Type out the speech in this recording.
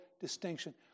distinction